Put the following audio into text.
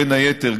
בין היתר,